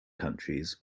countries